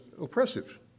oppressive